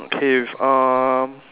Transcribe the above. okay uh